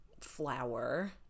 flower